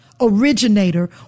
originator